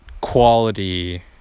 quality